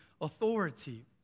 authority